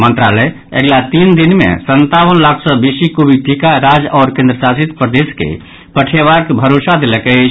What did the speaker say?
मंत्रालय अगिला तीन दिन मे संतावन लाख सँ बेसी कोविड टीका राज्य आओर केन्द्रशासित प्रदेश के पठयबाक भरोसा देलक अछि